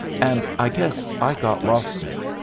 and i guess i got losted.